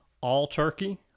all-turkey